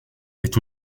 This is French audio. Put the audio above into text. est